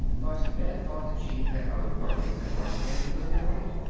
but ned thought the chief had other worries and rushed in to put them right.